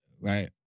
right